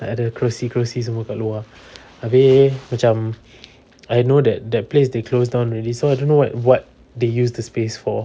like ada kerusi-kerusi semua kat luar abeh macam I know that that place they close down already so I don't know what they use the space for